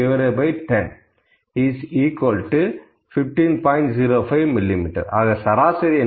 0310 15